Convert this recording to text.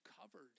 covered